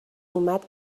اومد